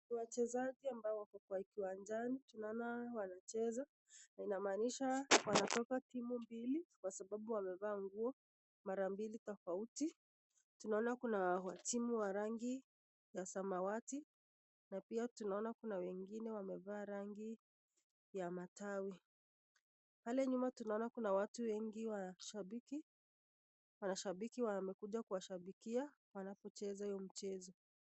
Wachezaji ambao wako kwa kiwajani tunaona wanacheza inamaanisha wanatoka timu mbili kwa sababu wamevaa nguo mara mbili tofauti. Tunaona kuna wa timu wa rangi ya samawati na pia tunaona kuna wengine wamevaa rangi ya matawi. Pale nyuma tunaona kuna watu wengi mashabiki wamekuja kushabikia wanapo cheza hiyo mchezo.